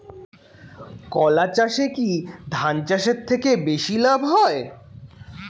কলা চাষে কী ধান চাষের থেকে বেশী লাভ হয়?